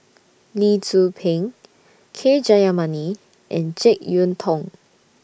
Lee Tzu Pheng K Jayamani and Jek Yeun Thong